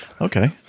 okay